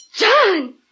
John